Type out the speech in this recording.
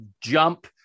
jump